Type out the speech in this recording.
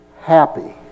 happy